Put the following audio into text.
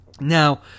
Now